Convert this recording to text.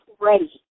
ready